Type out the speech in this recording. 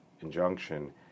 injunction